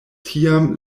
tiam